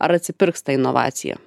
ar atsipirks ta inovacija